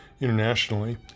internationally